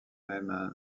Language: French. même